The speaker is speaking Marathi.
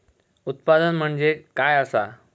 उत्पादन म्हणजे काय असा?